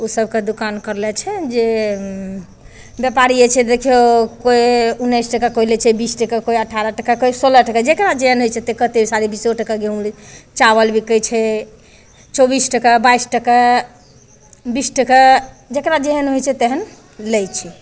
ओसबके दोकान कयने छै जे व्यापारिये जे छै देखियौ केओ उन्नैस टका केओ लै छै केओ बीस टका केओ अठारह टका केओ सोलह टका जकरा जेहन होइ छै कतेक साढ़े बिसो टका गेहूँ चावल बिकै छै चौबीस टका बाइस टका बीस टका जकरा जेहन होइ छै तेहन लै छै